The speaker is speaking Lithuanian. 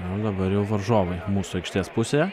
na dabar varžovai mūsų aikštės pusėje